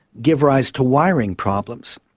give rise to wiring problems.